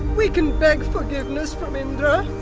we can beg forgiveness from indra.